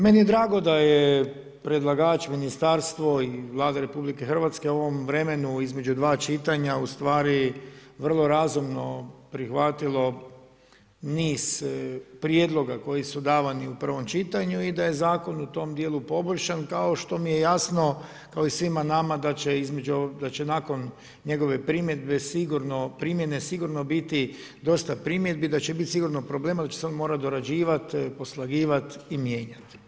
Meni je drago da je predlagač ministarstvo i Vlada RH, u ovom vremenu između dva čitanja ustvari vrlo razumno prihvatilo niz prijedloga koji su davani u prvom čitanju i da je zakon u tom dijelu poboljšan, kao što mi je jasno, kao i svima nama, da će nakon njegove primjedbe sigurno, primjene sigurno biti dosta primjedbi, da će biti sigurno problema, jer će se on morati dorađivati, poslagivati i mijenjati.